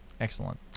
excellent